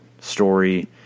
story